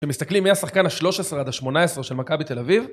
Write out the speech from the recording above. ומסתכלים מהשחקן השלוש עשרה עד השמונה עשרה של מכבי תל אביב.